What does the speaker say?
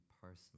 personally